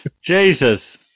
Jesus